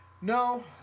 No